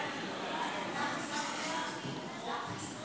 להעביר את הצעת